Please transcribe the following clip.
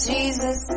Jesus